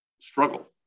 struggle